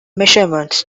measurements